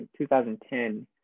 2010